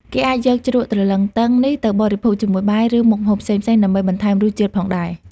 គេអាចយកជ្រក់ត្រលឹងទឹងនេះទៅបរិភោគជាមួយបាយ ឬមុខម្ហូបផ្សេងៗដើម្បីបន្ថែមរសជាតិផងដែរ។